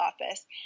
office